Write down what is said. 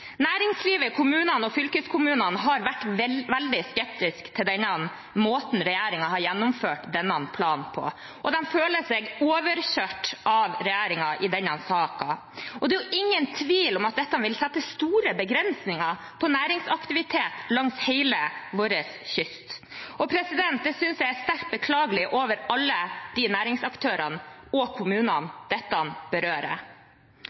Næringslivet, kommunene og fylkeskommunene har vært veldig skeptiske til måten regjeringen har gjennomført denne planen på, og de føler seg overkjørt av regjeringen i denne saken. Det er ingen tvil om at dette vil sette store begrensninger på næringsaktiviteten langs hele vår kyst. Det synes jeg er sterkt beklagelig overfor alle de næringsaktørene og kommunene dette berører.